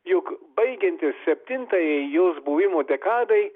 juk baigiantis septintajai jos buvimo dekadai